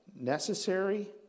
necessary